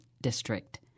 District